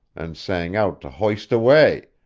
and sang out to hoist away,